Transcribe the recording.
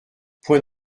point